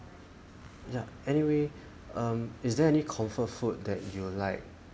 ya anyway um is there any comfort food that you like